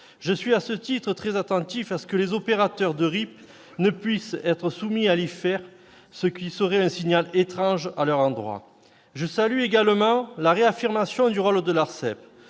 Je suis à ce titre attentif à ce que les opérateurs de RIP ne puissent être soumis à l'IFER, ce qui serait un signal étrange à leur endroit. Je salue également la réaffirmation du rôle de l'ARCEP.